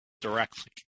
directly